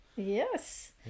Yes